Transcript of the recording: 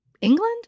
England